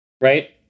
right